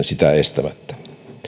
sitä estämättä